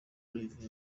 olivier